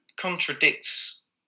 contradicts